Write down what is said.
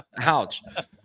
Ouch